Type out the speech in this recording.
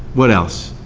what else.